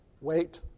wait